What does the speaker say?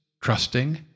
trusting